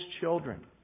children